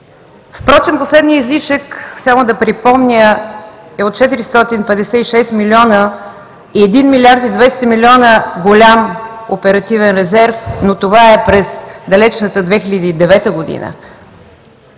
Впрочем, последният излишък, само да припомня, е от 456 милиона и 1 млрд. 200 милиона голям оперативен резерв, но това е през далечната 2009 г.